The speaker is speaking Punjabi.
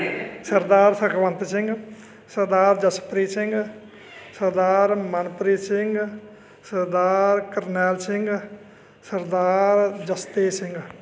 ਸਰਦਾਰ ਸੁਖਵੰਤ ਸਿੰਘ ਸਰਦਾਰ ਜਸਪ੍ਰੀਤ ਸਿੰਘ ਸਰਦਾਰ ਮਨਪ੍ਰੀਤ ਸਿੰਘ ਸਰਦਾਰ ਕਰਨੈਲ ਸਿੰਘ ਸਰਦਾਰ ਜਸਤੇਜ ਸਿੰਘ